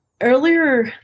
Earlier